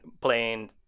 playing